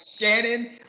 Shannon